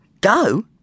Go